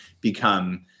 become